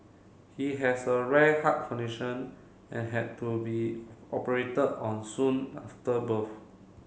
he has a rare heart condition and had to be operated on soon after birth